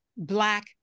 Black